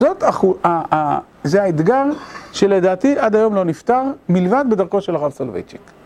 בטח הוא אה אה זה האתגר שלדעתי עד היום לא נפטר מלבד בדרכו של אחר סולוויצ'יק.